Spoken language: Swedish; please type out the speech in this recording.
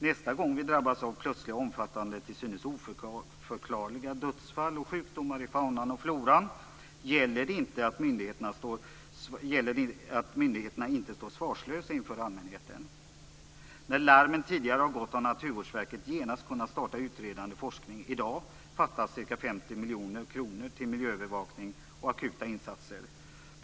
Nästa gång vi drabbas av plötsliga och omfattande till synes oförklarliga dödsfall och sjukdomar i faunan och floran gäller det att myndigheterna inte står svarslösa inför allmänheten. När larmen tidigare har gått har Naturvårdsverket genast kunnat starta utredande forskning. I dag fattas ca 50 miljoner kronor till miljöövervakning och akuta insatser.